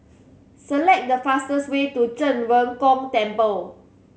select the fastest way to Zhen Ren Gong Temple